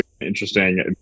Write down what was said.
interesting